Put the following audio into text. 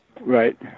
Right